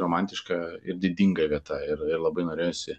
romantiška ir didinga vieta ir labai norėjosi